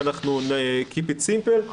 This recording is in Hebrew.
keep it simple,